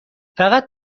فقط